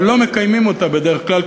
אבל לא מקיימים אותה בדרך כלל,